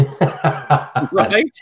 right